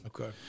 Okay